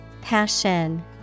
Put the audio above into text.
Passion